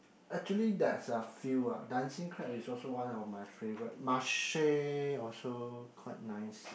actually there's a few ah Dancing-Crab is also one of my favorite Marche also quite nice